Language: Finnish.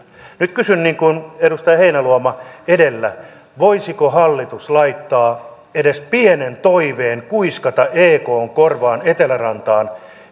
nyt kysyn niin kuin edustaja heinäluoma edellä voisiko hallitus laittaa edes pienen toiveen kuiskata ekn korvaan etelärantaan